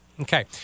Okay